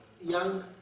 young